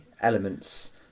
elements